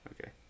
okay